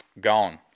gone